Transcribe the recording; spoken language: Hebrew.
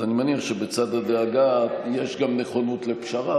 אז אני מניח שבצד הדאגה יש גם נכונות לפשרה.